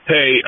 Hey